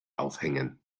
aufhängen